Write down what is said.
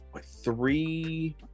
three